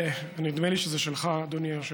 נדמה לי שזה שלך, אדוני היושב-ראש.